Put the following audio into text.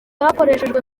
hakoreshejwe